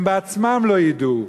הם עצמם לא ידעו.